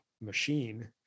machine